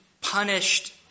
punished